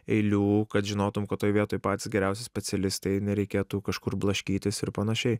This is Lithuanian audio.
eilių kad žinotum kad toj vietoj patys geriausi specialistai nereikėtų kažkur blaškytis ir panašiai